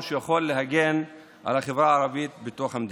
שיכול להגן על החברה הערבית בתוך המדינה.